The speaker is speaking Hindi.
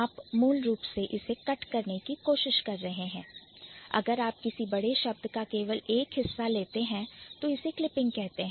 आप मूल रूप से इसे cutकरने की कोशिश कर रहे हैंअगर आप किसी बड़े शब्द का केवल एक हिस्सा ले रहे हैं तो इसे Clipping कहते हैं